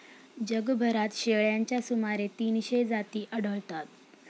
जगभरात शेळ्यांच्या सुमारे तीनशे जाती आढळतात